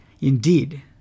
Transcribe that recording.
Indeed